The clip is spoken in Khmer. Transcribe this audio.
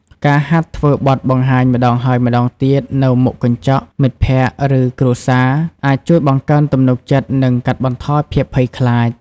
ការហាត់ធ្វើបទបង្ហាញម្តងហើយម្តងទៀតនៅមុខកញ្ចក់ មិត្តភក្តិ ឬគ្រួសារ អាចជួយបង្កើនទំនុកចិត្ត និងកាត់បន្ថយភាពភ័យខ្លាច។